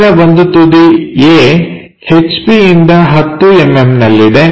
ಇದರ ಒಂದು ತುದಿ A ಹೆಚ್ ಪಿ ಇಂದ 10mm ನಲ್ಲಿದೆ